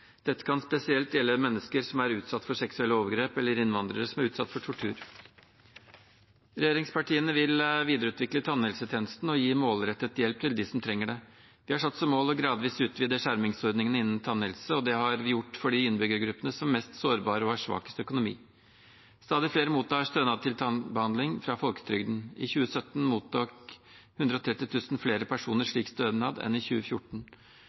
Dette kan spesielt gjelde mennesker som er utsatt for seksuelle overgrep, eller innvandrere som er utsatt for tortur. Regjeringspartiene vil videreutvikle tannhelsetjenesten og gi målrettet hjelp til dem som trenger det. Vi har satt som mål gradvis å utvide skjermingsordningene innen tannhelse, og det har vi gjort for de innbyggergruppene som er mest sårbare og har svakest økonomi. Stadig flere mottar stønad til tannbehandling fra folketrygden. I 2017 mottok 130 000 flere personer slik stønad enn i 2014.